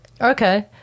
Okay